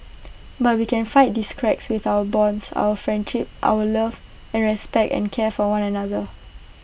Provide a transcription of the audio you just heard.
but we can fight these cracks with our bonds our friendships our love and respect and care for one another